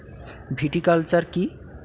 Viticulture কী?